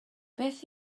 beth